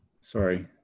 sorry